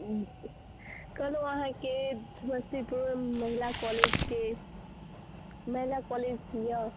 कहलहुँ अहाँके समस्तीपुर महिला कॉलेजके महिला कॉलेज यऽ